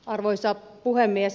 arvoisa puhemies